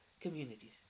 communities